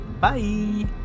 bye